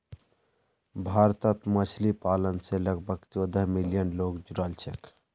भारतत मछली पालन स लगभग चौदह मिलियन लोग जुड़ाल छेक